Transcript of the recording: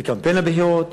בקמפיין הבחירות,